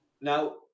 Now